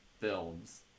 films